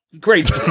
great